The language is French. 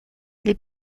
les